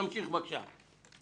תמשיך, בבקשה.